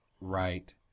right